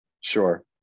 Sure